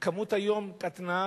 שהמספר שלהן היום קטן,